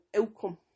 outcome